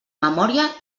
memòria